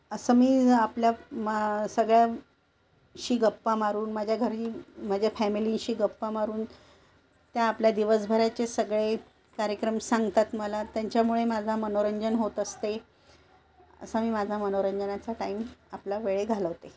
असं मी आपल्या मा सगळ्याशी गप्पा मारून माझ्या घरी माझ्या फॅमिलीशी गप्पा मारून त्या आपल्या दिवसभराचे सगळे कार्यक्रम सांगतात मला त्यांच्यामुळे माझा मनोरंजन होत असते असा मी माझा मनोरंजनाचा टाईम आपला वेळ घालवते